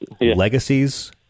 legacies